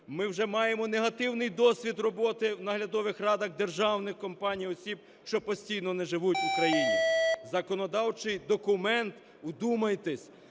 Ми вже маємо негативний досвід роботи у наглядових радах державних компаній осіб, що постійно не живуть в Україні. Законодавчий документ, вдумайтеся,